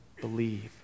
believe